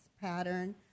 pattern